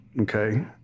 okay